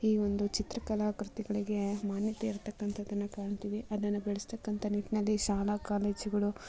ಈ ಒಂದು ಚಿತ್ರಕಲಾ ಕೃತಿಗಳಿಗೆ ಮಾನ್ಯತೆ ಇರ್ತಕ್ಕಂಥದನ್ನು ಕಾಣ್ತೀವಿ ಅದನ್ನು ಬೆಳೆಸ್ತಕ್ಕಂಥ ನಿಟ್ಟಿನಲ್ಲಿ ಶಾಲಾ ಕಾಲೇಜ್ಗಳು